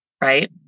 right